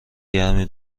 گرمی